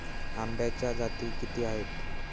आंब्याच्या जाती किती आहेत?